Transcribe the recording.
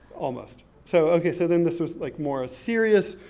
almost, so okay, so then this was like more a serious.